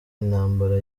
intambara